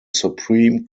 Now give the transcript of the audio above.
supreme